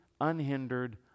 unhindered